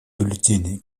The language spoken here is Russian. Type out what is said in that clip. бюллетени